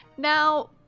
Now